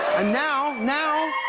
and now, now,